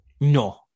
No